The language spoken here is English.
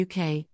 UK